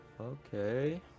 Okay